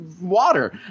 water